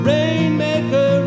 Rainmaker